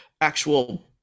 actual